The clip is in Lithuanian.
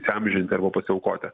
įsiamžinti arba pasiaukoti